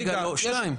אומר "מושחתת".